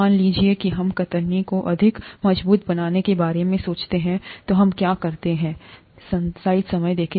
मान लीजिए कि हम कतरनी को अधिक मजबूत बनाने के बारे में सोचते हैं तो हम क्या करते हैं